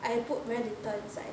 I put very little inside